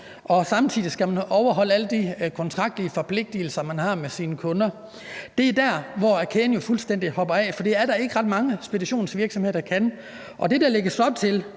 og samtidig skal man overholde alle de kontraktlige forpligtigelser, man har med sine kunder. Det er der, hvor kæden jo fuldstændig hopper af, for det er der ikke ret mange speditionsvirksomheder der kan. Det, der lægges op til